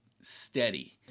steady